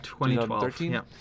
2012